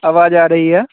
आवाज़ आ रही है